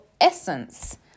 essence